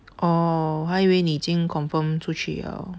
orh 我还以为你已经 confirm 出去了